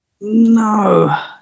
no